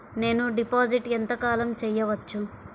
నేను డిపాజిట్ ఎంత కాలం చెయ్యవచ్చు?